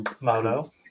Moto